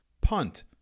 punt